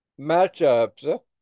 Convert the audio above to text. matchups